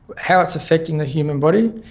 how it's affecting the human body.